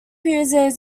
uses